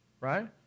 right